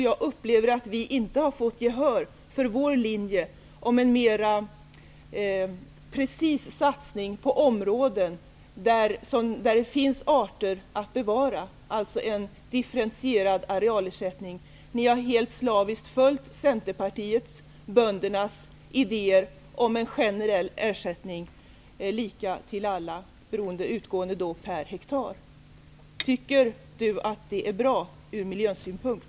Jag upplever att vi inte har fått gehör för vår linje om en mer precis satsning på områden där det finns arter att bevara, dvs. en differentierad arealersättning. Ni har slaviskt följt Centerpartiets, böndernas, idéer om en generell ersättning som skall vara lika för alla och utgå per hektar. Tycker Lennart Fremling att detta är bra ur miljösynpunkt?